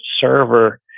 server